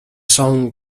song